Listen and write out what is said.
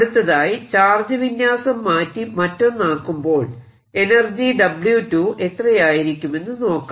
അടുത്തതായി ചാർജ് വിന്യാസം മാറ്റി മറ്റൊന്നാക്കുമ്പോൾ എനർജി W2 എത്രയായിരിക്കുമെന്ന് നോക്കാം